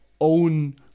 own